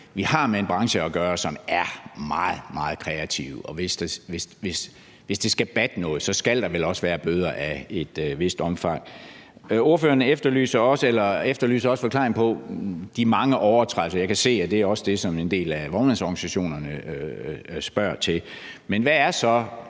vi har med en branche at gøre, som er meget, meget kreativ, så hvis det skal batte noget, skal der vel også være bøder af et vist omfang. Ordføreren efterlyser også forklaring på de mange overtrædelser. Jeg kan se, at det også er det, som en del af vognmandsorganisationerne spørger til. Men hvad er så